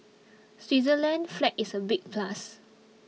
Switzerland's flag is a big plus